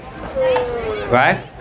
right